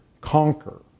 conquer